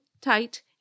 tight